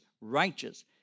righteous